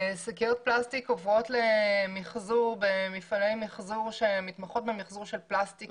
שקיות פלסטיק עוברות למחזור במפעלי מחזור שמתמחות במחזור של פלסטיק